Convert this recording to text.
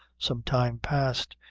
some time past,